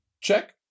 check